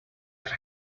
greg